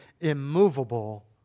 immovable